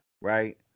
right